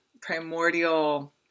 primordial